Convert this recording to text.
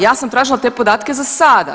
Ja sam tražila te podatke za sada.